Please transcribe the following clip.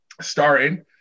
starring